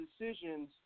decisions